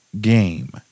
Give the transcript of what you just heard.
game